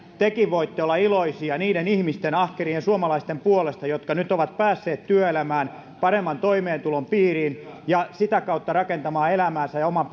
tekin voitte olla iloisia niiden ihmisten ahkerien suomalaisten puolesta jotka nyt ovat päässeet työelämään paremman toimeentulon piiriin ja sitä kautta rakentamaan elämäänsä ja oman